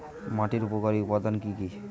মাটির উপকারী উপাদান কি কি?